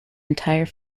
entire